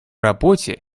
работе